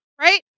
Right